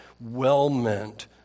well-meant